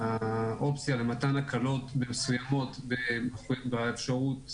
האופציה למתן הקלות מסוימות באפשרות